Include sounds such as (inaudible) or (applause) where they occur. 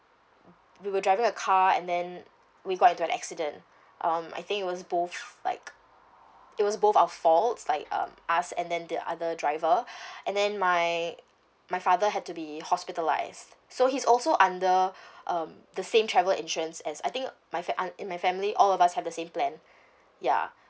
(noise) we were driving a car and then we got into an accident um I think it was both like it was both our faults like um us and then the other driver (breath) and then my my father had to be hospitalised so he's also under (breath) um the same travel insurance as I think my fam~ um in my family all of us have the same plan ya